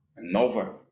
Nova